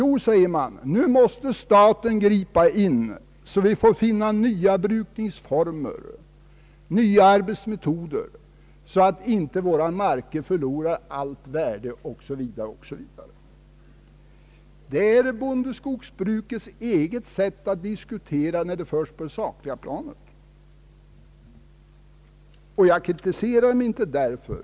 Jo, säger man, nu måste staten gripa in och skapa nya brukningsformer och nya arbetsmetoder för att inte våra marker skall förlora allt värde. Detta är bondeskogsbrukets eget sätt att diskutera på det sakliga planet. Jag kritiserar inte någon därför.